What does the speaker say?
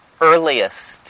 earliest